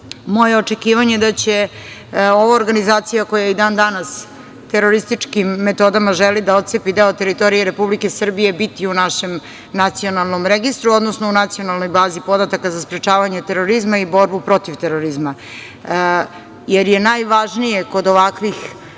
moje očekivanje da će ova organizacija koja i dan danas terorističkim metodama želi da otcepi deo teritorije Republike Srbije biti u našem nacionalnom registru, odnosno u nacionalnoj bazi podataka za sprečavanje terorizma i borbu protiv terorizma, jer je najvažnije kod ovakvih